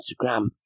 instagram